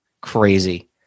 Crazy